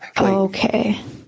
Okay